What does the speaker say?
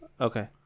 Okay